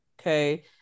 Okay